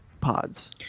pods